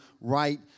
right